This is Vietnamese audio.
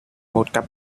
một